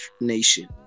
nation